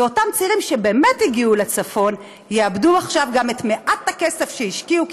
ואותם צעירים שבאמת הגיעו לצפון יאבדו עכשיו גם את מעט הכסף שהשקיעו,